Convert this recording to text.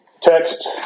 text